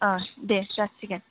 अ दे जासिगोन